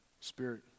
Spirit